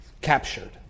captured